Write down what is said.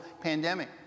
pandemic